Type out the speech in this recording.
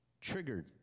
triggered